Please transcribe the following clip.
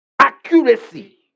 Accuracy